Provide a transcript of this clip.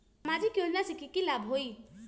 सामाजिक योजना से की की लाभ होई?